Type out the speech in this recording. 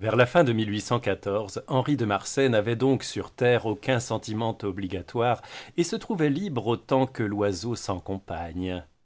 vers la fin de henri de marsay n'avait donc sur terre aucun sentiment obligatoire et se trouvait libre autant que l'oiseau sans